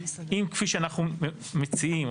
אם כפי שאנחנו מציעים,